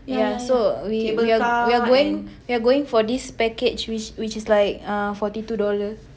yeah so we we are we are going we are going for this package which which is like uh forty two dollars